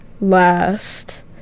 last